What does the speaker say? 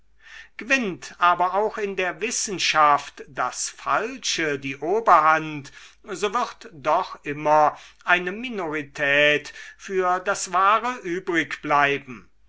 gewinnt aber auch in der wissenschaft das falsche die oberhand so wird doch immer eine minorität für das wahre